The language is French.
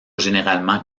généralement